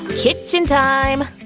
kitchen time!